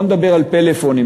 בוא נדבר על פלאפונים.